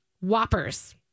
Whoppers